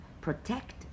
protect